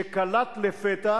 שקלט לפתע